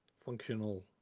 functional